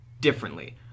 differently